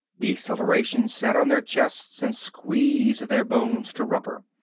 deceleration sat on their chests and squeezed their bones to rubber.